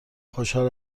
خوشحال